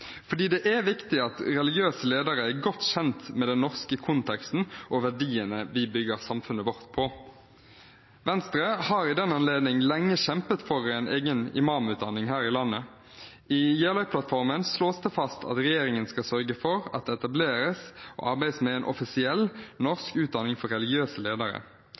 det er viktig at religiøse ledere er godt kjent med den norske konteksten og verdiene vi bygger samfunnet vårt på. Venstre har i den anledning lenge kjempet for en egen imamutdanning her i landet. I Jeløya-plattformen slås det fast at regjeringen skal sørge for at det etableres og arbeides med en offisiell norsk utdanning for religiøse ledere.